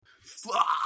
Fuck